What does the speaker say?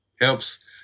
helps